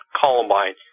Columbine